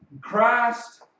Christ